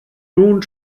nun